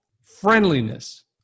friendliness